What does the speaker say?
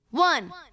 One